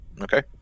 Okay